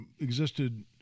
existed